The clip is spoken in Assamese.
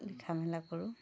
লিখা মেলা কৰোঁ